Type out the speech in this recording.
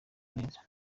neza